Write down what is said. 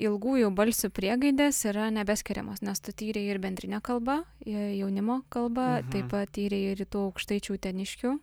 ilgųjų balsių priegaidės yra nebeskiriamos nes tu tyrei ir bendrinę kalbą i jaunimo kalbą taip pat tyrei ir rytų aukštaičių uteniškių